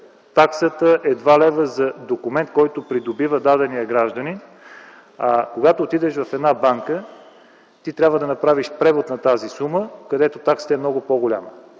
таксата е 2 лв. за документ, който придобива даденият гражданин. Когато отидеш в една банка, ти трябва да направиш превод на тази сума, където таксата е много по-голяма.